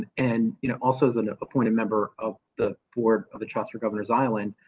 and you know also, as an appointed member of the four of the trust for governor's island,